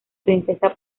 princesa